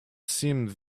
seemed